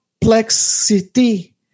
complexity